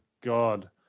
god